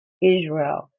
Israel